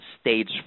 stage